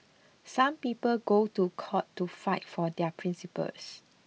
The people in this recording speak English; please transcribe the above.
some people go to court to fight for their principles